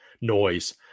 noise